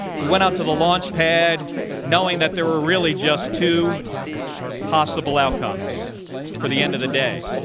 we went out to the launch pad knowing that there were really just two possible outcomes for the end of the day.